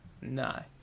No